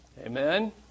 Amen